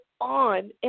on